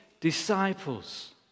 disciples